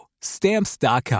stamps.com